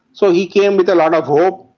so he came with a lot of hope,